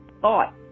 thought